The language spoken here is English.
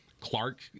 Clark